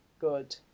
good